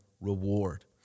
reward